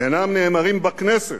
אינם נאמרים בכנסת.